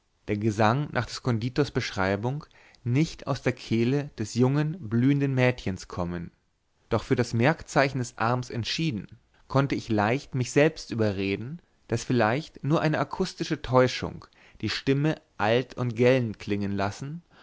der gesang nach des konditors beschreibung nicht aus der kehle des jungen blühenden mädchens kommen doch für das merkzeichen des arms entschieden konnt ich leicht mich selbst überreden daß vielleicht nur eine akustische täuschung die stimme alt und gellend klingen lassen